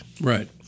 Right